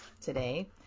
today